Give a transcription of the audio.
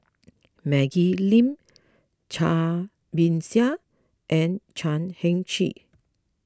Maggie Lim Cai Bixia and Chan Heng Chee